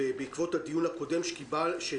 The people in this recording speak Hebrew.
כל אחד עם החששות שלו.